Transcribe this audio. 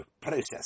process